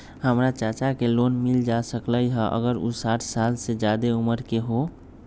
हमर चाचा के लोन मिल जा सकलई ह अगर उ साठ साल से जादे उमर के हों?